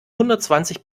hundertzwanzig